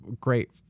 great